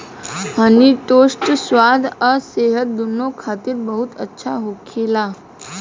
हनी toast स्वाद आ सेहत दूनो खातिर बहुत अच्छा होखेला